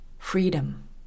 Freedom